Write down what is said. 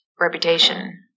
reputation